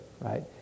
right